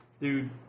Dude